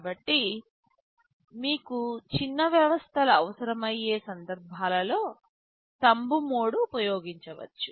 కాబట్టి మీకు చిన్న వ్యవస్థలు అవసరమయ్యే సందర్భాల్లో థంబ్ మోడ్ ఉపయోగించ వచ్చు